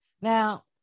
Now